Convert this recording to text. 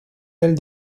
del